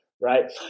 right